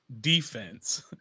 defense